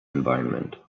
environment